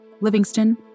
Livingston